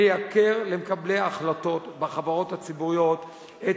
לייקר למקבלי ההחלטות בחברות הציבוריות את